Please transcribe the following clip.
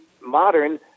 modern